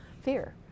fear